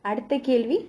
அடுத்த கேள்வி:adutha kaelvi